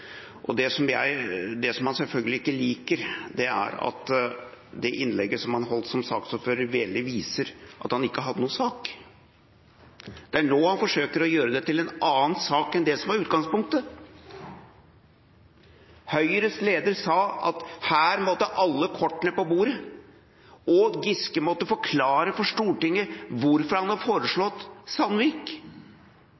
Det som han selvfølgelig ikke liker, er at det innlegget han holdt som saksordfører, vel viser at han ikke hadde noen sak. Det er nå han forsøker å gjøre det til en annen sak enn det som var utgangspunktet. Høyres leder sa at her måtte alle kortene på bordet, og Giske måtte forklare for Stortinget hvorfor han